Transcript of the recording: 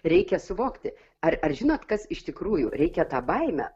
reikia suvokti ar ar žinot kas iš tikrųjų reikia tą baimę